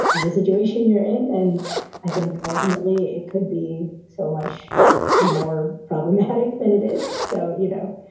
the situation you're in. and i think ultimately it could be so much more problematic than it is. so, you know,